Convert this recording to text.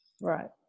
Right